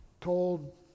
told